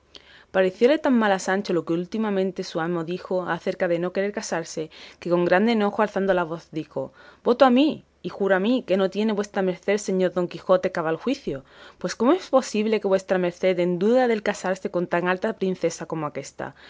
parecióle tan mal a sancho lo que últimamente su amo dijo acerca de no querer casarse que con grande enojo alzando la voz dijo voto a mí y juro a mí que no tiene vuestra merced señor don quijote cabal juicio pues cómo es posible que pone vuestra merced en duda el casarse con tan alta princesa como